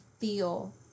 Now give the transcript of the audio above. feel